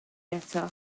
eto